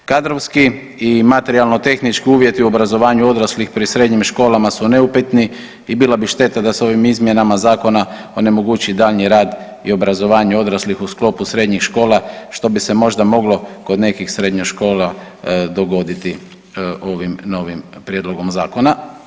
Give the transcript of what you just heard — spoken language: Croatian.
Kadrovski i materijalno tehnički uvjeti u obrazovanju odraslih pri srednjim školama su neupitni i bila bi šteta da se ovim izmjenama zakona onemogući daljnji rad i obrazovanje odraslih u sklopu srednjih škola, što bi se možda moglo kod nekih srednjih škola dogoditi ovim novim prijedlogom zakona.